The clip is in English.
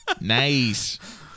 Nice